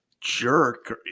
jerk